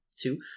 Two